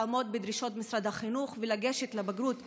לעמוד בדרישות משרד החינוך ולגשת לבגרות מוכנים,